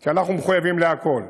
כי אנחנו מחויבים לכול.